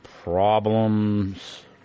problems